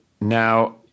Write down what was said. Now